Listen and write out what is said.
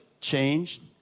changed